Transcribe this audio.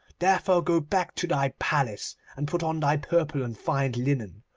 therefore go back to thy palace and put on thy purple and fine linen.